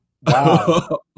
Wow